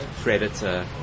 predator